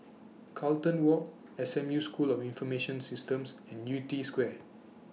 Carlton Walk S M U School of Information Systems and Yew Tee Square